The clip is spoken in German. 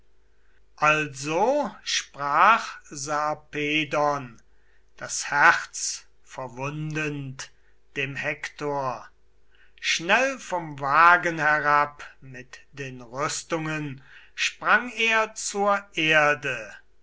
also sprach sarpedon das herz verwundend dem hektor schnell vom wagen herab mit den rüstungen sprang er zur erde